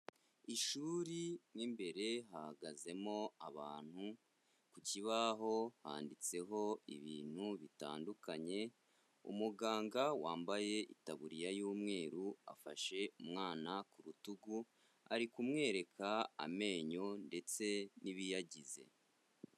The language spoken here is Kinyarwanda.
Ishuri mo imbere hahagazemo abantu, ku kibaho handitseho ibintu bitandukanye, umuganga wambaye itaburiya y'umweru afashe umwana ku rutugu, ari kumwereka amenyo ndetse nibiyagize.